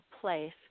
place